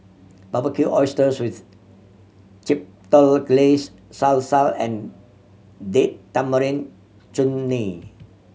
Barbecued Oysters with Chipotle Glaze Salsa and Date Tamarind Chutney